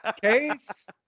Case